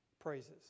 praises